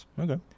Okay